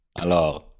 Alors